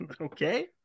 Okay